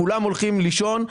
כולם הולכים לישון,